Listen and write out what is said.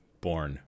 Born